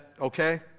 okay